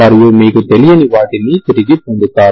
మరియు మీకు తెలియని వాటిని తిరిగి పొందుతారు